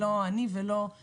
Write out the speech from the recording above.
אייל שמואלי, משפט אחד.